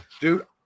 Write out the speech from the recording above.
dude